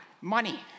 money